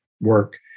work